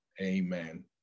amen